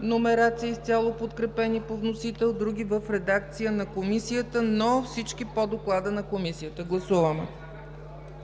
номерация, изцяло подкрепени по вносител, други в редакция на Комисията, на всички по доклада на Комисията. Гласували